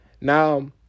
Now